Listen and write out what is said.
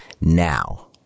now